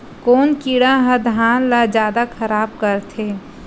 कोन कीड़ा ह धान ल जादा खराब करथे?